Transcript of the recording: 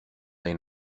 they